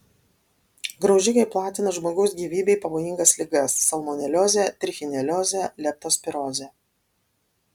graužikai platina žmogaus gyvybei pavojingas ligas salmoneliozę trichineliozę leptospirozę